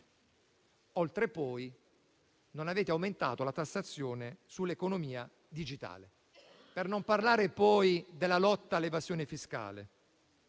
oltre poi a non aver aumentato quella sull'economia digitale. Per non parlare poi della lotta all'evasione fiscale,